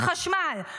חשמל,